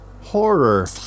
horror